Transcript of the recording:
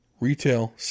Retail